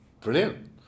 Brilliant